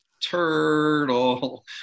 turtle